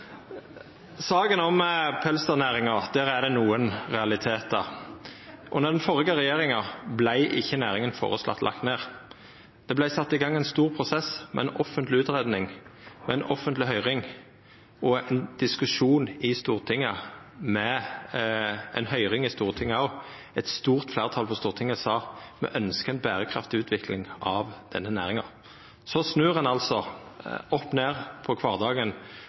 saka om pelsdyrnæringa er det nokre realitetar. Under den førre regjeringa vart ikkje næringa føreslått lagd ned. Det vart sett i gong ein stor prosess med ei offentleg utgreiing, ei offentleg høyring og ein diskusjon i Stortinget med ei høyring i Stortinget også. Eit stort fleirtal på Stortinget sa at me ønskjer ei berekraftig utvikling av denne næringa. Så snur ein altså opp ned på kvardagen